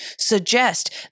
suggest